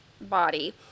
body